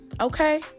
okay